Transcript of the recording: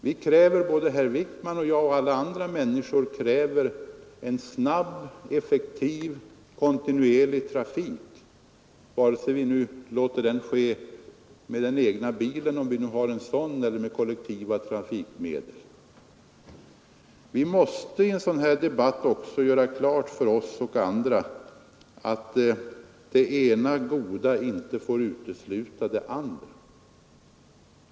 Vi kräver, herr Wijkman och jag och alla andra människor, en snabb effektiv, kontinuerlig trafik vare sig vi nu låter den ske med den egna bilen, om vi har en sådan, eller med kollektiva trafikmedel. Vi måste därför göra klart för oss och andra att det ena goda inte får utesluta det andra.